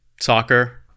soccer